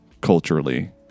culturally